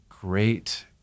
great –